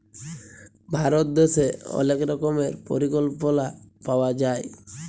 ভারত দ্যাশে অলেক রকমের পরিকল্পলা পাওয়া যায়